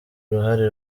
uruhare